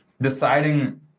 deciding